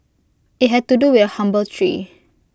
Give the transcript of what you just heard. IT had to do with A humble tree